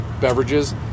beverages